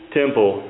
temple